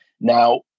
Now